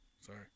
sorry